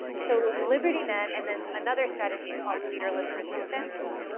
so liberty net and then another strategy called leaderless resistance,